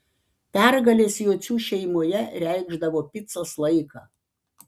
pergalės jocių šeimoje reikšdavo picos laiką